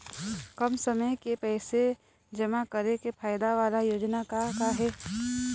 कम समय के पैसे जमा करे के फायदा वाला योजना का का हे?